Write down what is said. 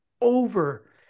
over